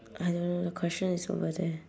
I don't know the question is over there